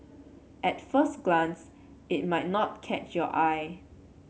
at first glance it might not catch your eye